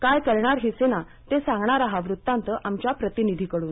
काय करणार ही सेना ते सांगणारा वृत्तांत आमच्या प्रतिनिधीकडून